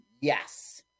yes